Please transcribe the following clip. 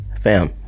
Fam